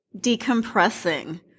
Decompressing